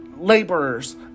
laborers